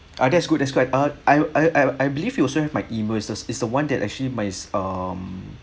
ah that's good that's good uh I I I I believe you also have my email is is the one that actually my um